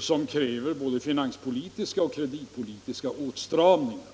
som kräver både finansoch kreditpolitiska åtstramningar.